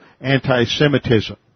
anti-Semitism